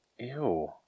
Ew